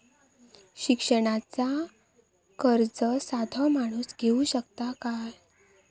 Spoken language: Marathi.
शिक्षणाचा कर्ज साधो माणूस घेऊ शकता काय?